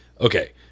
okay